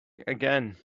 again